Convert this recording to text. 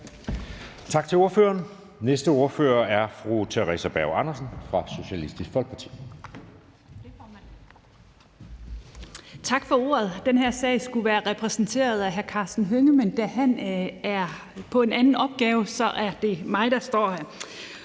Tak til ordføreren. Den næste ordfører er fru Theresa Berg Andersen fra Socialistisk Folkeparti.